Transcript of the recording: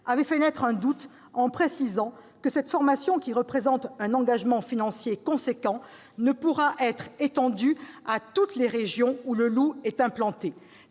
avait fait naître un doute en précisant :« Toutefois, cette formation qui représente un engagement financier conséquent, ne pourra être étendue à toutes les régions où le loup est implanté.